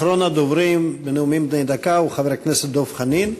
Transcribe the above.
אחרון הדוברים בנאומים בני דקה הוא חבר הכנסת דב חנין.